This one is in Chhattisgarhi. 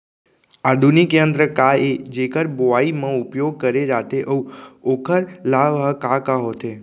आधुनिक यंत्र का ए जेकर बुवाई म उपयोग करे जाथे अऊ ओखर लाभ ह का का होथे?